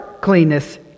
cleanness